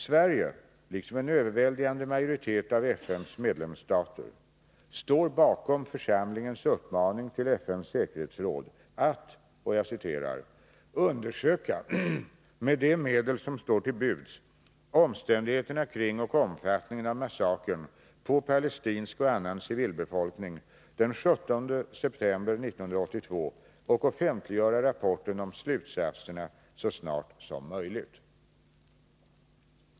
Sverige, liksom en överväldigande majoritet av FN:s medlemsstater, står bakom församlingens uppmaning till FN:s säkerhetsråd att ”undersöka, med de medel som står till buds, omständigheterna kring och omfattningen av massakern på palestinsk och annan civilbefolkning den 17 september 1982, och offentliggöra rapporten om slutsatserna så snart som möjligt”.